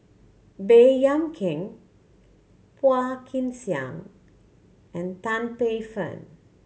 Baey Yam Keng Phua Kin Siang and Tan Paey Fern